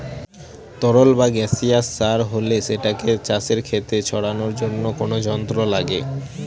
তরল বা গাসিয়াস সার হলে সেটাকে চাষের খেতে ছড়ানোর জন্য কোনো যন্ত্র লাগে